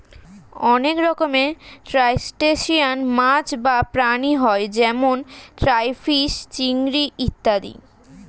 অনেক রকমের ক্রাস্টেশিয়ান মাছ বা প্রাণী হয় যেমন ক্রাইফিস, চিংড়ি ইত্যাদি